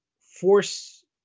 force